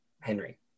Henry